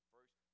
First